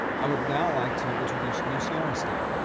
i would now like to introduce lucy olmstead,